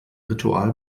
ritual